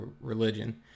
religion